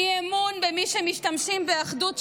אי-אמון במי שמשתמשים באחדות,